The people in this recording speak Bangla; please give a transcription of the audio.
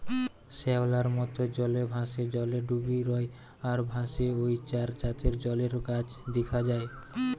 শ্যাওলার মত, জলে ভাসে, জলে ডুবি রয় আর ভাসে ঔ চার জাতের জলের গাছ দিখা যায়